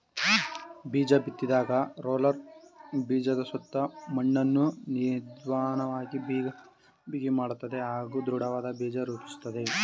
ಬೀಜಬಿತ್ತಿದಾಗ roller ಬೀಜದಸುತ್ತ ಮಣ್ಣನ್ನು ನಿಧನ್ವಾಗಿ ಬಿಗಿಮಾಡ್ತದೆ ಹಾಗೂ ದೃಢವಾದ್ ಬೀಜ ರೂಪಿಸುತ್ತೆ